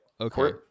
okay